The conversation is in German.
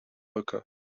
brücke